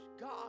God